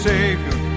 Savior